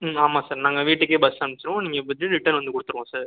ம் ஆமாம் சார் நாங்கள் வீட்டுக்கே பஸ் அமிச்சிருவோம் நீங்கள் ரிட்டன் வந்து கொடுத்துடுவோம் சார்